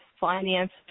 finance